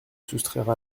soustraire